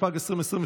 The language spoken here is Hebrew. התשפ"ג 2023,